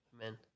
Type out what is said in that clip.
Amen